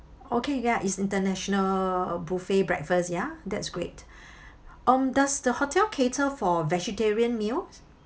okay ya is international buffet breakfast ya that's great um does the hotel cater for vegetarian meals